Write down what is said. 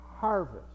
harvest